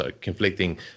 conflicting